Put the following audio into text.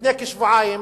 לפני כשבועיים